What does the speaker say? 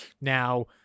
Now